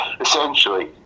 essentially